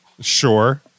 Sure